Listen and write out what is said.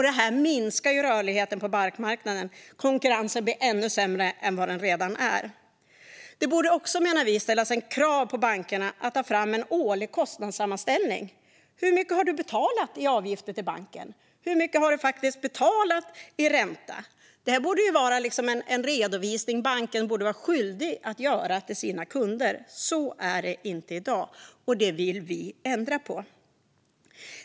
Detta minskar rörligheten på bankmarknaden. Konkurrensen blir ännu sämre än vad den redan är. Det borde också, menar vi, ställas krav på bankerna att ta fram en årlig kostnadssammanställning: Hur mycket har du betalat i avgifter till banken? Hur mycket har du betalat i ränta? Detta är en redovisning som banken borde vara skyldig att göra till sina kunder. Så är det inte i dag, och det vill vi ändra på.